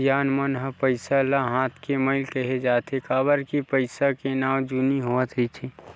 सियान मन ह पइसा ल हाथ के मइल केहें जाथे, काबर के पइसा के नवा जुनी होवत रहिथे